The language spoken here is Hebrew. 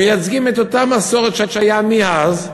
מייצגים את אותה מסורת שהייתה מאז.